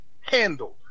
handled